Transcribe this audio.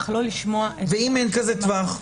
אך לא לשמוע --- אם אין טווח כזה?